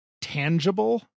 tangible